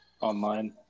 online